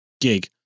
gig